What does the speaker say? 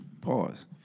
Pause